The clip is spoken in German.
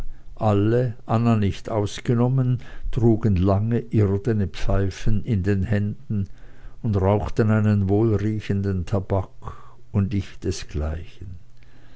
alle anna nicht ausgenommen trugen lange irdene pfeifen in den händen und rauchten einen wohlriechenden tabak und